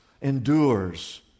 endures